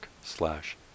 slash